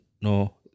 No